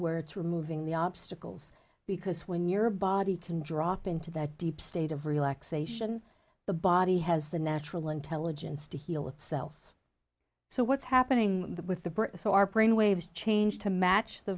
where it's removing the obstacles because when your body can drop into that deep state of relaxation the body has the natural intelligence to heal itself so what's happening with the brits who are brain waves changed to match the